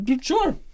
sure